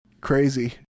Crazy